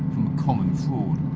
common fraud.